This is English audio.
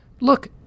Look